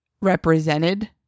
represented